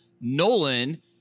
Nolan